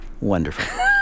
Wonderful